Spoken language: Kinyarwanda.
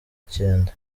cyenda